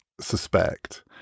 suspect